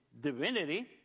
divinity